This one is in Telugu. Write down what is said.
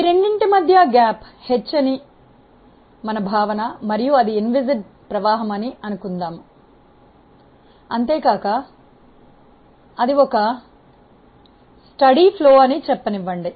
ఈ రెండింటి మధ్య అంతరం గ్యాప్ h అని మరియు మన భావన అది ఇన్విస్కడ్ ప్రవాహం అని అనుకుందాం మరియు ఒక స్థిరమైన ప్రవాహం అని చెప్పనివ్వండి